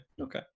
Okay